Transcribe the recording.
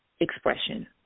expression